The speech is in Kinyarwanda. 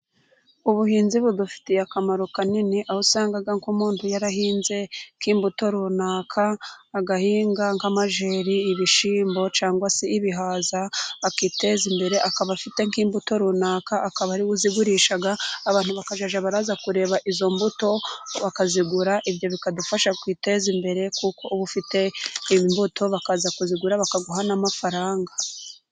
Ubuhinzi budufitiye akamaro kanini aho usanga nk'umuntu yarahinze nk'imbuto runaka, agahinga nk'amageri, ibishimbo, cyangwa se ibihaza akiteza imbere, akaba afite nk'imbuto runaka akaba ari we uzigurisha, abantu bakazajya baza kureba izo mbuto bakazigura, ibyo bikadufasha kwiteza imbere kuko uba ufite imbuto bakaza kuzigura bakaguha n'amafaranga.